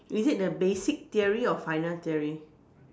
is it the basic theory or final theory